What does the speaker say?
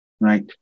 Right